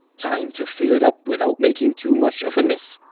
time to fill it up without making too much of a mess.